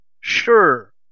sure